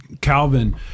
Calvin